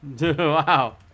Wow